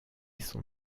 sont